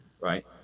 right